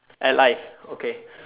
at life okay